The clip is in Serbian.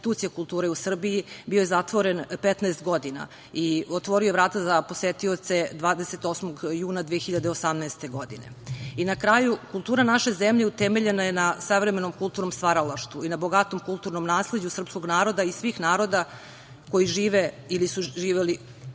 kultura naše zemlje utemeljena je na savremenom kulturnom stvaralaštvu i na bogatom kulturnom nasleđu srpskog naroda i svih naroda koji žive ili su živeli